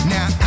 Now